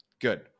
Good